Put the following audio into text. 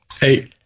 Hey